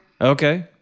Okay